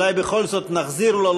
אולי בכל זאת נחזיר לו,